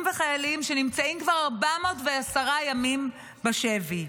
וחיילים שנמצאים כבר 410 ימים בשבי.